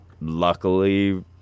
luckily